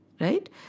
right